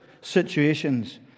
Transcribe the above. situations